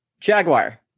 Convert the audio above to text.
jaguar